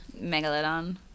Megalodon